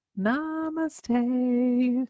Namaste